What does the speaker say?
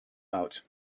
out